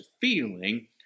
feeling